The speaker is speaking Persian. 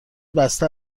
بسته